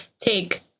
take